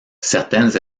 certaines